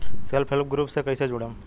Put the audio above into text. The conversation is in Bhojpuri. सेल्फ हेल्प ग्रुप से कइसे जुड़म?